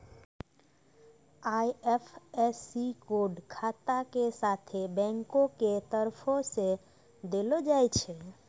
IFSC code खाता के साथे बैंको के तरफो से देलो जाय छै